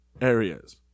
areas